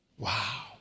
Wow